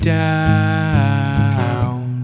down